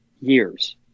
years